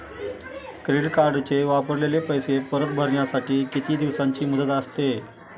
Credit कार्डचे वापरलेले पैसे परत भरण्यासाठी किती दिवसांची मुदत असते?